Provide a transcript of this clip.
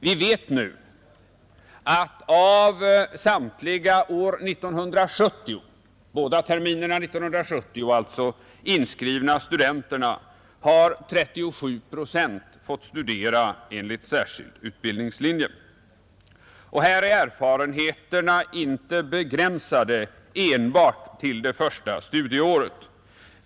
Vi vet nu att av samtliga år 1970 — alltså båda terminerna — inskrivna studenter har 37 procent fått studera enligt särskild utbildningslinje. Här är erfarenheterna inte begränsade enbart till det första studieåret.